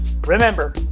Remember